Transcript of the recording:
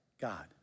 God